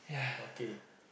okay